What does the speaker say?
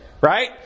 right